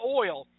oil